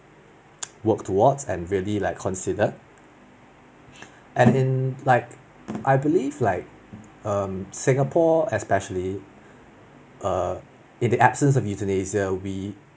work towards and really like consider and in like I believe like um singapore especially err in the absence of euthanasia we